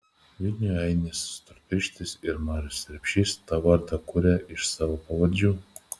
vilniuje ainis storpirštis ir marius repšys tą vardą kuria iš savo pavardžių